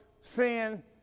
sin